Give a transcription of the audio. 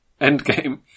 Endgame